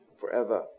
forever